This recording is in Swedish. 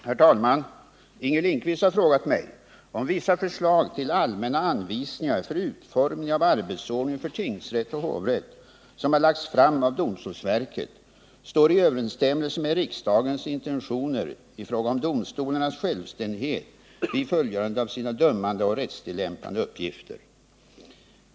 Herr talman! Inger Lindquist har frågat mig om vissa förslag till allmänna anvisningar för utformning av arbetsordning för tingsrätt och hovrätt, som har lagts fram av domstolsverket, står i överensstämmelse med riksdagens intentioner i fråga om domstolarnas självständighet vid fullgörandet av sina dömande och rättstillämpande uppgifter.